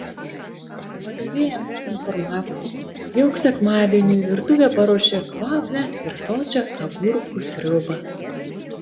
padavėja mus informavo jog sekmadieniui virtuvė paruošė kvapnią ir sočią agurkų sriubą